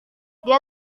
dia